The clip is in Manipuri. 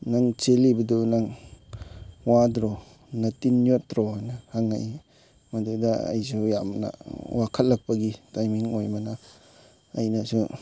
ꯅꯪ ꯆꯦꯜꯂꯤꯕꯗꯣ ꯅꯪ ꯋꯥꯗ꯭ꯔꯣ ꯅꯇꯤꯟ ꯌꯣꯠꯇ꯭ꯔꯣ ꯍꯥꯏꯅ ꯍꯪꯉꯛꯏ ꯃꯗꯨꯗ ꯑꯩꯁꯨ ꯌꯥꯝꯅ ꯋꯥꯈꯠꯂꯛꯄꯒꯤ ꯇꯥꯏꯃꯤꯡ ꯑꯣꯏꯕꯅ ꯑꯩꯅꯁꯨ